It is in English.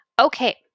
Okay